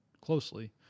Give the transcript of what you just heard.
closely